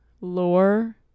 lore